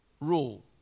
rule